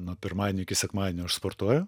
nuo pirmadienio iki sekmadienio aš sportuoju